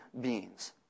beings